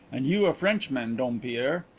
and you a frenchman, dompierre!